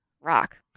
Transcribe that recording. rock